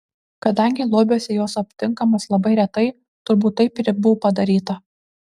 kadangi lobiuose jos aptinkamos labai retai turbūt taip ir buvo padaryta